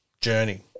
journey